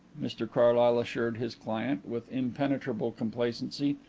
mr carlyle assured his client, with impenetrable complacency.